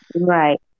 Right